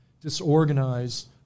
disorganized